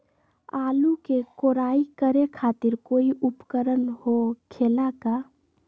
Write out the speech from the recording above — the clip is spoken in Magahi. आलू के कोराई करे खातिर कोई उपकरण हो खेला का?